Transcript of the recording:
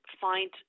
find